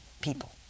people